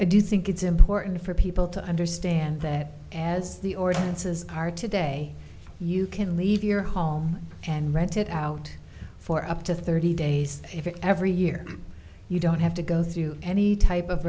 i do think it's important for people to understand that as the ordinances are today you can leave your home and rented out for up to thirty days if every year you don't have to go through any type of